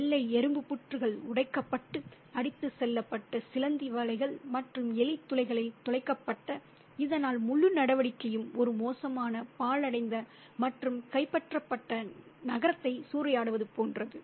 வெள்ளை எறும்பு புற்றுகள் உடைக்கப்பட்டு அடித்துச் செல்லப்பட்டு சிலந்தி வலைகள் மற்றும் எலி துளைகளில் துளைக்கப்பட்ட இதனால் முழு நடவடிக்கையும் ஒரு மோசமான பாழடைந்த மற்றும் கைப்பற்றப்பட்ட நகரத்தை சூறையாடுவது போன்றது